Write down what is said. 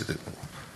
בסדר גמור.